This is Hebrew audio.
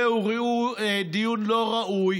זהו דיון לא ראוי.